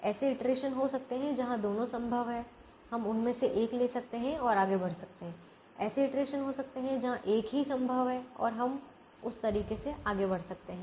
ऐसे इटरेशन हो सकते हैं जहां दोनों संभव हैं हम उनमें से एक ले सकते हैं और आगे बढ़ सकते हैं ऐसे इटरेशन हो सकते हैं जहाँ केवल एक ही संभव है और हम उस तरीके से आगे बढ़ सकते हैं